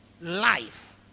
life